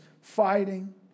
fighting